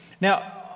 Now